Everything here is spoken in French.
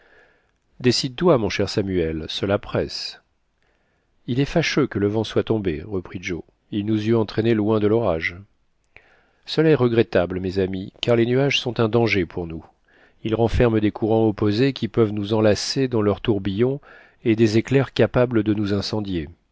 décide-toi mon cher samuel cela presse il est fâcheux que le vent soit tombé reprit joe il nous eut entraînés loin de l'orage cela est regrettable mes amis car les nuages sont un danger pour nous ils renferment des courants opposés qui peuvent nous enlacer dans leurs tourbillons et des éclairs capables de nous incendier